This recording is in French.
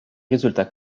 résultat